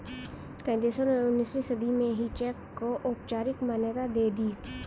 कई देशों ने उन्नीसवीं सदी में ही चेक को औपचारिक मान्यता दे दी